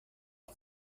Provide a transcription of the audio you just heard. iyi